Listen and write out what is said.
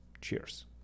cheers